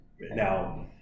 Now